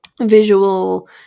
visual